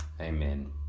Amen